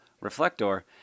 Reflector